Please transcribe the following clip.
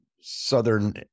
southern